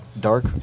dark